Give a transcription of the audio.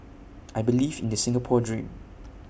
I believe in the Singapore dream